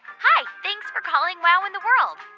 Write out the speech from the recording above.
hi. thanks for calling wow in the world.